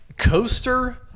coaster